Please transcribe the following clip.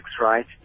right